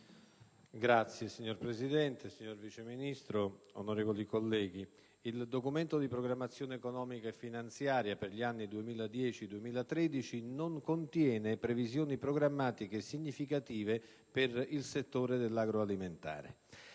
*(PD)*. Signor Presidente, signor Vice Ministro, onorevoli colleghi, il Documento di programmazione economico-finanziaria per gli anni 2010-2013 non contiene previsioni programmatiche significative per il settore agroalimentare.